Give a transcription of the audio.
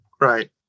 Right